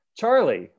Charlie